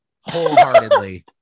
wholeheartedly